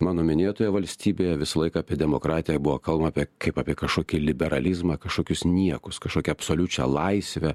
mano minėtoje valstybėje visą laiką apie demokratiją buvo kalbama apie kaip apie kažkokį liberalizmą kažkokius niekus kažkokią absoliučią laisvę